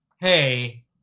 hey